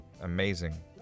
amazing